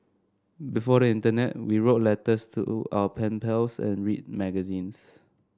before the internet we wrote letters to our pen pals and read magazines